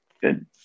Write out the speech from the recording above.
good